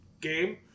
game